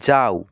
যাও